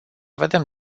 vedem